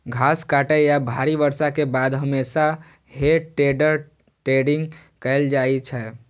घास काटै या भारी बर्षा के बाद हमेशा हे टेडर टेडिंग कैल जाइ छै